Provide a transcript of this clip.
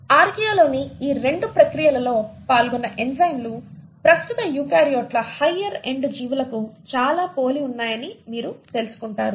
ఆర్కియాలోని ఈ 2 ప్రక్రియలలో పాల్గొన్న ఎంజైమ్లు ప్రస్తుత యూకారియోట్ల హయ్యర్ ఎండ్ జీవులకు చాలా పోలి ఉన్నాయని మీరు తెలుసుకుంటారు